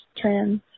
trans